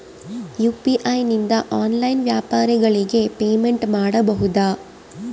UPI ನಿಂದ online ವ್ಯಾಪಾರಗಳಿಗೆ payment ಮಾಡಬಹುದಾ?